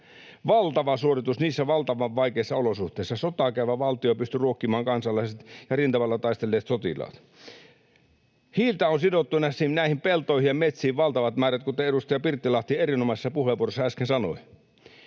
valtava suoritus niissä valtavan vaikeissa olosuhteissa. Sotaa käyvä valtio pystyi ruokkimaan kansalaiset ja rintamalla taistelleet sotilaat. Hiiltä on sidottu näihin peltoihin ja metsiin valtavat määrät, kuten edustaja Pirttilahti erinomaisessa puheenvuorossaan äsken sanoi.